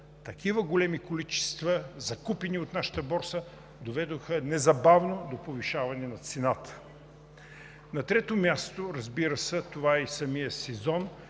такива големи количества, закупени от нашата борса, доведоха незабавно до повишаване на цената. На трето място, разбира се, това е и самият сезон,